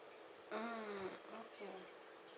mm okay